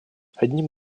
одним